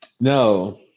No